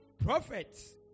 prophets